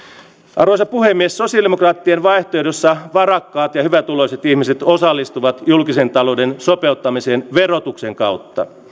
arvoisa puhemies sosialidemokraattien vaihtoehdossa varakkaat ja hyvätuloiset ihmiset osallistuvat julkisen talouden sopeuttamiseen verotuksen kautta